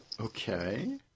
okay